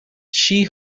she